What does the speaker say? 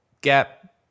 Gap